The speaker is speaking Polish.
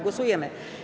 Głosujemy.